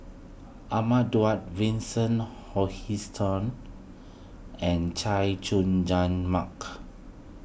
Ahmad Daud Vincent Hoisington and Chay Jung Jun Mark